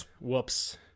whoops